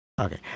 Okay